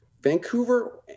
vancouver